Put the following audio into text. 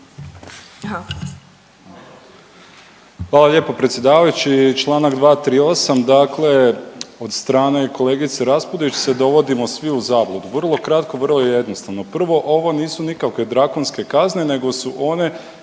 Hvala lijepo predsjedavajući, čl. 238. Dakle od strane kolegice Raspudić se dovodimo svi u zabludu. Vrlo kratko, vrlo jednostavno. Prvo, ovo nisu nikakve drakonske kazne nego su one